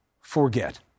forget